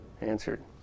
answered